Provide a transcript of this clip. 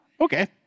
Okay